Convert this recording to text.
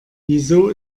wieso